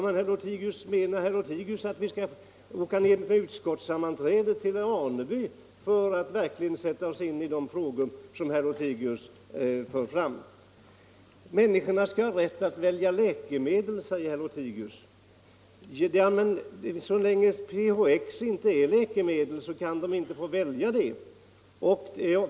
Menar herr Lothigius att vi skall förlägga utskottssammanträdet till Aneby för att kunna göra anspråk på att verkligen ha satt oss in i dessa frågor? Människorna skall ha rätt att välja läkemedel, säger herr Lothigius. Så länge THX inte är något läkemedel kan de inte få välja preparatet.